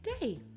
day